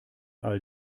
all